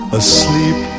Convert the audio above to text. asleep